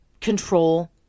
control